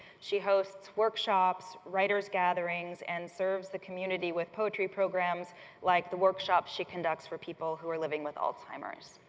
she hosts workshops, writers gatherings and serves the community with poetry programs like the workshop she conducts for people who are living with alzheimer's.